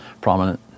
prominent